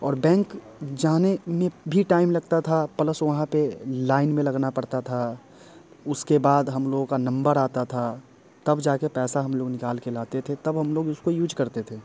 और बैंक जाने में भी टाइम लगता था प्लस वहाँ पर लाइन में लगना पड़ता था उसके बाद हम लोगों का नंबर आता था तब जा कर पैसा हम लोग निकाल के लाते थे तब हम लोग इसको यूज करते थे